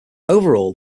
overall